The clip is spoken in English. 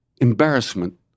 Embarrassment